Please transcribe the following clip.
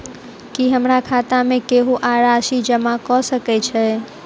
की हमरा खाता मे केहू आ राशि जमा कऽ सकय छई?